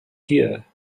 here